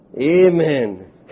Amen